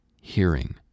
hearing